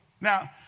Now